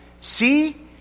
See